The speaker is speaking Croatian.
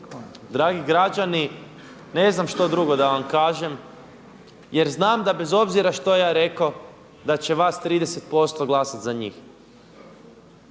Dragi građani ne znam što drugo da vam kažem jer znam da bez obzira što ja rekao da će vas 30% glasat za njih.